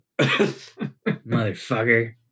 motherfucker